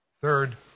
Third